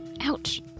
Ouch